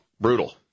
Brutal